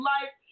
Life